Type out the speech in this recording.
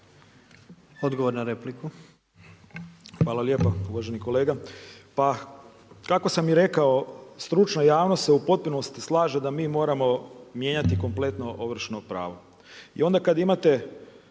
Miroslav (MOST)** Hvala lijepo. Uvaženi kolega, pa kako sam i rekao, stručna javnost se u potpunosti slaže da mi moramo mijenjati kompletno ovršno pravo. I onda kad imate